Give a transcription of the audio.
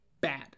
bad